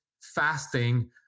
fasting